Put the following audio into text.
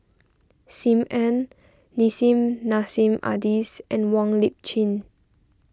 Sim Ann Nissim Nassim Adis and Wong Lip Chin